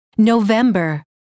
November